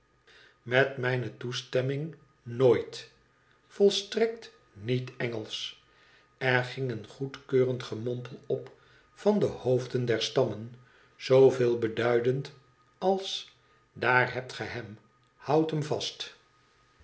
met mijne toestemming nooit volstrekt niet engelsch r ging een goedkeurend gemompel op van de hoofden der stammen zooveel beduidende als daar hebt ge hem houd hem vastl